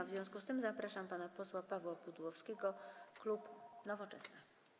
W związku z tym zapraszam pana posła Pawła Pudłowskiego, klub Nowoczesna.